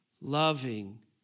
loving